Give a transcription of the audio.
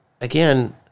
again